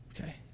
okay